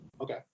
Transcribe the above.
Okay